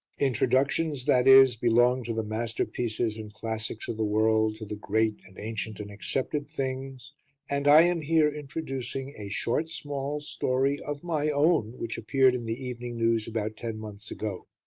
introductions, that is, belong to the masterpieces and classics of the world, to the great and ancient and accepted things and i am here introducing a short, small story of my own which appeared in the evening news about ten months ago.